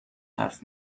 حرف